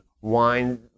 wine